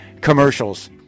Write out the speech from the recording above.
commercials